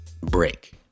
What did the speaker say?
break